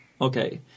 Okay